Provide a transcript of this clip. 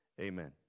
amen